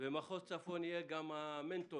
ומחוז צפון יהיה המנטור